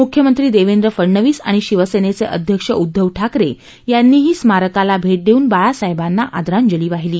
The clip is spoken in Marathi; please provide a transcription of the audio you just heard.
मुख्यमंत्री देवेंद्र फडनवीस आणि शिवसेनेचे अध्यक्ष उद्दव ठाकरे यांनही स्मारकाला भेट देऊन बाळासाहेबांना आदरांजली वाहिली